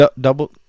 double